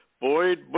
Boyd